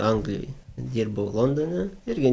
anglijoj dirbau londone irgi